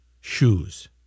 shoes